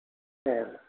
சரி